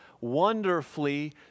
wonderfully